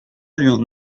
allions